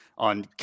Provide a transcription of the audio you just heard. on